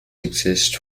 exist